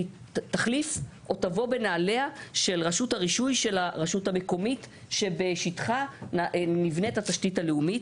היא תבוא בנעליה של הרשות המקומית שבשטחה נבנית התשתית הלאומית.